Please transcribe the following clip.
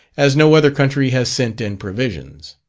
as no other country has sent in provisions.